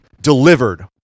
delivered